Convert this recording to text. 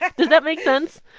like does that make sense?